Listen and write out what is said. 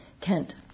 Kent